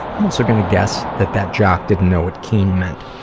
i'm also gonna guess that that jock didn't know what keen meant.